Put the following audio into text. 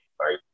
right